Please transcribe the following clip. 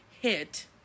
hit